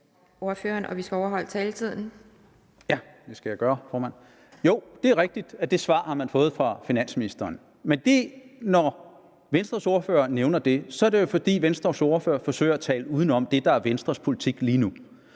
Det er rigtigt, at det svar har man fået fra finansministeren, men når Venstres ordfører nævner det, er det jo, fordi Venstres ordfører forsøger at tale udenom det, der er Venstres politik lige nu.